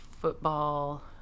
football